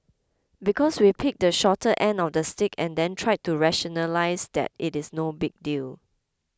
because we picked the shorter end of the stick and then tried to rationalise that it is no big deal